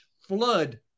flood